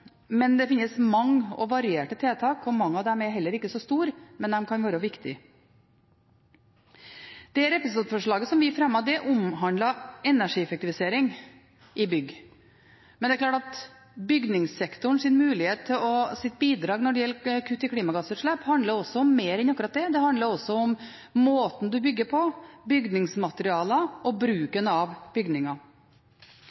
men det finnes mange og varierte tiltak. Mange av dem er heller ikke så store, men de kan være viktige. Det representantforslaget som vi fremmet, omhandlet energieffektivisering i bygg. Men det er klart at bygningssektorens bidrag når det gjelder kutt i klimagassutslipp, handler om mer enn akkurat det. Det handler også om måten man bygger på, bygningsmaterialer og